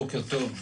בוקר טוב,